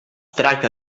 tracta